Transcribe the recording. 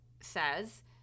says